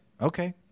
Okay